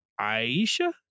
Aisha